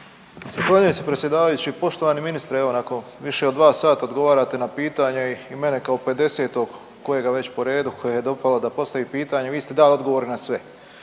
Zahvaljujem se predsjedavajući. Poštovani ministre evo nakon više od 2 sata odgovarate na pitanje i mene kao 50-og kojega već po redu kojeg je dopalo da postavi pitanje, vi ste dali odgovore na sve.